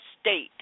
state